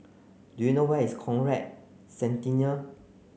do you know where is Conrad Centennial